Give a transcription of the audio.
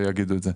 שיגידו את זה.